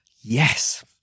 Yes